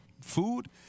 Food